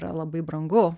yra labai brangu